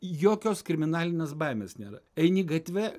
jokios kriminalinės baimės nėra eini gatve